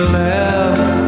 left